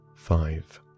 Five